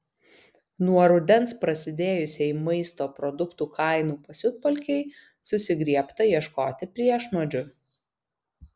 nuo rudens prasidėjusiai maisto produktų kainų pasiutpolkei susigriebta ieškoti priešnuodžių